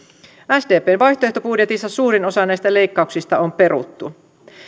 sdpn vaihtoehtobudjetissa suurin osa näistä leikkauksista on peruttu